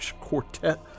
Quartet